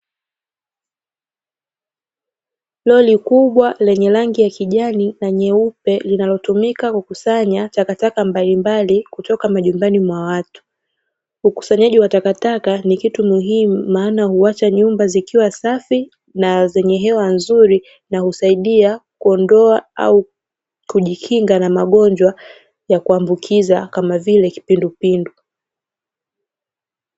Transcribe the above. Lori kubwa lenye rangi ya kijani na nyeupe linalotumika kukusanya takataka mbalimbali kutoka majumbani mwa watu, ukusanyaji wa takataka ni kitu muhimu maana huacha nyumba zikiwa safi na zenye hewa nzuri na husaidia kuondoa au kujikinga na magonjwa ya kuambukiza kama vile kipindupindu.